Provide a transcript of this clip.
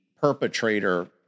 perpetrator